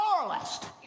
moralist